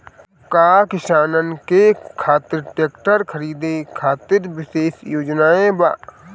का किसानन के खातिर ट्रैक्टर खरीदे खातिर विशेष योजनाएं बा?